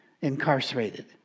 incarcerated